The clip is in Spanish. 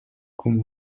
como